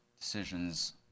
decisions